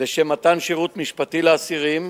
לשם מתן שירות משפטי לאסירים